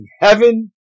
heaven